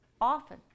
often